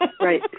Right